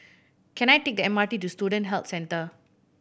can I take the M R T to Student Health Centre